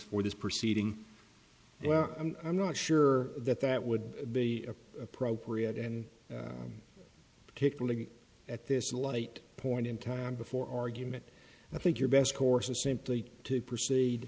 for this proceeding well i'm not sure that that would be appropriate and particularly at this late point in time before argument i think your best course is simply to proceed